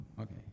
okay